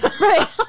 Right